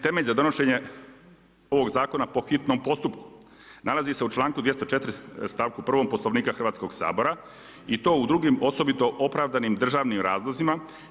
Temelj za donošenje ovog zakona po hitnom postupku nalazi se u članku 204. stavku 1. Hrvatskog sabora i to u drugim osobito opravdanim državnim razlozima.